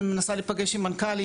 מנסה להיפגש עם מנכ"לים,